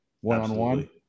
One-on-one